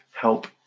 help